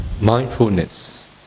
mindfulness